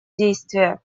действия